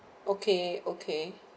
okay okay